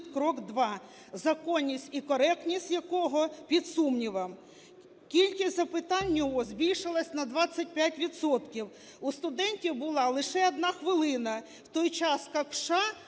"Крок 2", законність і коректність якого під сумнівом. Кількість запитань його збільшилася на 25 відсотків, у студентів була лише одна хвилина, в той час як у США